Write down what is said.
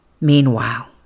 Meanwhile